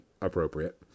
appropriate